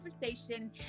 conversation